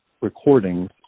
recordings